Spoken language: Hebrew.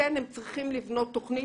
כן הם צריכים לבנות תוכנית.